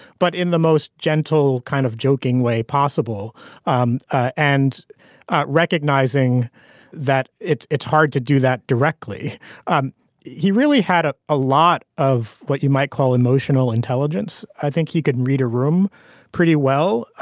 but in the most gentle kind of joking way possible um ah and recognizing that it's it's hard to do that directly um he really had ah a lot of what you might call emotional intelligence i think you can read a room pretty well.